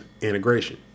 integration